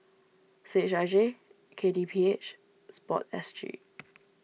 C H I J K T P H Sport S G